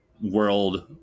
world